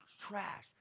trash